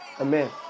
Amen